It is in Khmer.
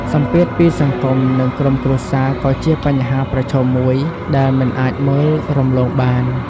សម្ពាធពីសង្គមនិងក្រុមគ្រួសារក៏ជាបញ្ហាប្រឈមមួយដែលមិនអាចមើលរំលងបាន។